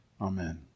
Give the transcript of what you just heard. amen